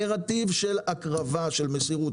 נרטיב של הקרבה, של מסירות.